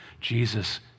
Jesus